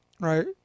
right